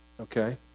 Okay